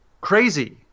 crazy